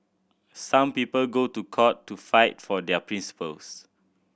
some people go to court to fight for their principles